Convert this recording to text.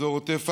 באזור עוטף עזה,